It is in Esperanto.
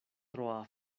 troa